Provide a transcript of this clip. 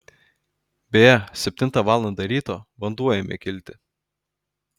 beje septintą valandą ryto vanduo ėmė kilti